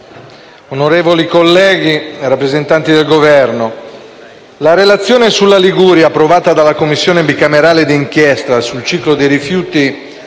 onorevoli colleghi, rappresentanti del Governo, la relazione territoriale sulla Regione Liguria approvata dalla Commissione bicamerale di inchiesta sul ciclo dei rifiuti